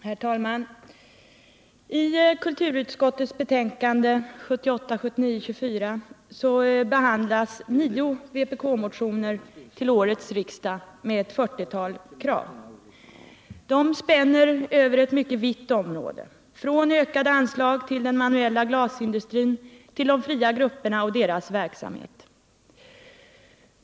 Herr talman! I kulturutskottets betänkande 1978/79:24 behandlas nio vpk-motioner till årets riksdag med. ett 40-tal krav. De spänner över ett mycket vitt område. Från ökade anslag till den manuella glasindustrin till de fria grupperna och deras verksamhet.